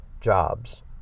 jobs